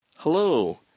Hello